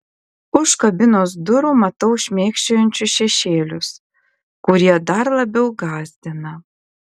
už kabinos durų matau šmėkščiojančius šešėlius kurie dar labiau gąsdina